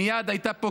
מייד הייתה פה,